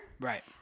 Right